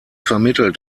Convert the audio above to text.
vermittelt